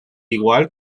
igual